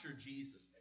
Jesus